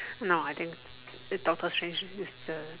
no I didn't the doctor strange is the